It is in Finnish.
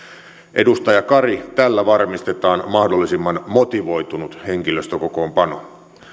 edustaja kari tällä varmistetaan mahdollisimman motivoitunut henkilöstökokoonpano